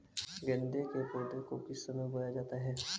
गेंदे के पौधे को किस समय बोया जाता है?